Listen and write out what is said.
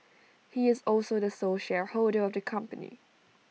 he is also the sole shareholder of the company